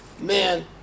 man